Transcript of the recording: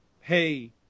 Hey